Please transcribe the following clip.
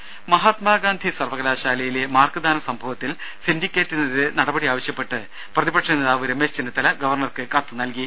ദ്ദേ മഹാത്മാഗാന്ധി സർവകലാശാലയിലെ മാർക്ക്ദാന സംഭവത്തിൽ സിൻഡിക്കേറ്റിനെതിരെ നടപടി ആവശ്യപ്പെട്ട് പ്രതിപക്ഷ നേതാവ് രമേശ് ചെന്നിത്തല ഗവർണർക്ക് കത്ത് നൽകി